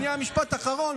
שנייה, משפט אחרון.